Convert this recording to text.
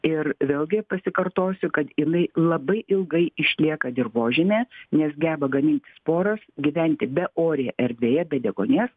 ir vėlgi pasikartosiu kad jinai labai ilgai išlieka dirvožemyje nes geba gamintis sporas gyventi beorėje erdvėje be deguonies